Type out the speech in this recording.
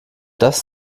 das